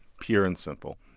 pure and simple.